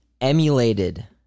emulated